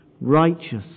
righteous